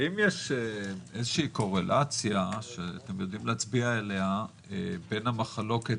האם יש איזושהי קורלציה שאתם יודעים להצביע עליה בין המחלוקת